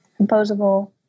composable